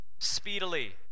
speedily